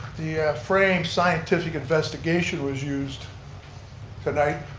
the phrase scientific investigation was used tonight.